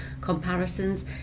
comparisons